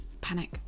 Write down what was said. Panic